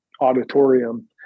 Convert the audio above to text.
auditorium